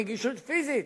נגישות פיזית,